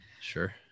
Sure